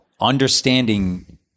understanding